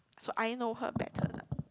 so I know her better lah